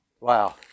Wow